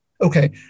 Okay